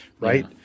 right